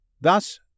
Thus